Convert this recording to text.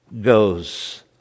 goes